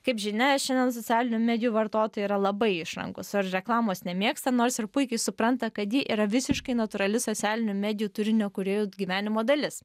kaip žinia šiandien socialinių medijų vartotojai yra labai išrankūs ar reklamos nemėgsta nors ir puikiai supranta kad ji yra visiškai natūrali socialinių medijų turinio kūrėjų gyvenimo dalis